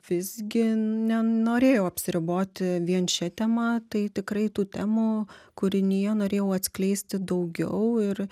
visgi nenorėjau apsiriboti vien šia tema tai tikrai tų temų kūrinyje norėjau atskleisti daugiau ir